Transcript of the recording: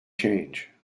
change